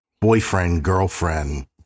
boyfriend-girlfriend